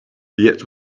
yet